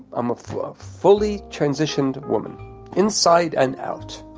um fully fully transitioned woman inside and out.